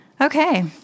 Okay